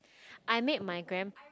I made my grand